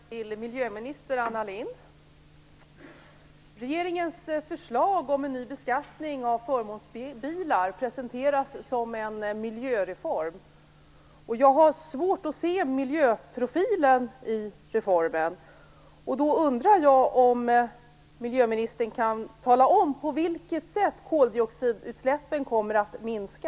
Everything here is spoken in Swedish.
Fru talman! Jag har en fråga till miljöminister Anna Lindh. Regeringens förslag om en ny beskattning av förmånsbilar presenteras som en miljöreform. Jag har svårt att se miljöprofilen i reformen. Jag undrar om miljöministern kan tala om på vilket sätt koldioxidutsläppen kommer att minska.